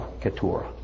Keturah